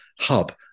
hub